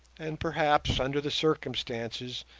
and perhaps, under the circumstances,